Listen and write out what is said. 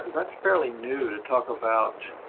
that's fairly new to talk about